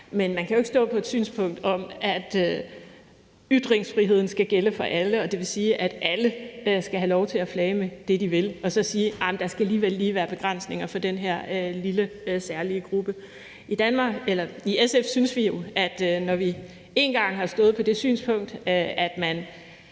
men man kan jo ikke stå på et synspunkt om, at ytringsfriheden skal gælde for alle, og det vil sige, at alle skal have lov til at flage med det, de vil, og så sige, at der så alligevel lige skal være begrænsninger for den her lille særlige gruppe. I SF synes vi jo, at når vi én gang har stået på det synspunkt, at man